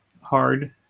hard